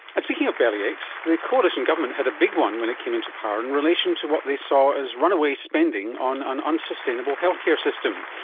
and speaking of belly aches, the coalition government had a big one when it came into power in relation to what they saw as runaway spending on an unsustainable healthcare system.